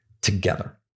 together